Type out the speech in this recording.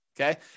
Okay